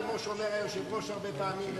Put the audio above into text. כמו שאומר היושב-ראש הרבה פעמים,